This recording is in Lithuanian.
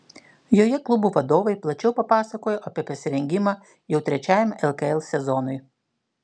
joje klubų vadovai plačiau papasakojo apie pasirengimą jau trečiajam lkl sezonui